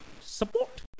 Support